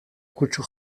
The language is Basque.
kutsu